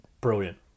Brilliant